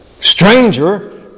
stranger